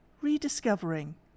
rediscovering